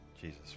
Jesus